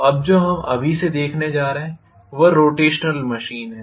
तो अब जो हम अभी से देखने जा रहे हैं वह रोटेशनल मशीन है